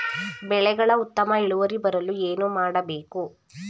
ಬೆಳೆಗಳ ಉತ್ತಮ ಇಳುವರಿ ಬರಲು ಏನು ಮಾಡಬೇಕು?